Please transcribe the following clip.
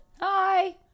Hi